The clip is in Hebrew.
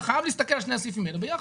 חייב להסתכל על שני הסעיפים האלה ביחד.